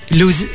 lose